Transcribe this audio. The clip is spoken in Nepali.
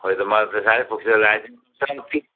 खै त मलाई त साह्रै पुग्छ जस्तो लागेको छैन